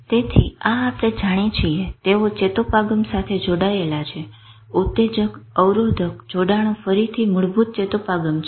તેથી આ આપણે જાણીએ છીએ તેઓ ચેતોપાગમ સાથે જોડાયેલા છે ઉતેજક અવરોધક જોડાણો ફરીથી મૂળભૂત ચેતોપાગમ છે